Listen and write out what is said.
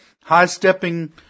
high-stepping